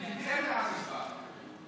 אני